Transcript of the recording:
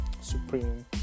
supreme